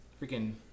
freaking